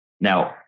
Now